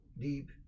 deep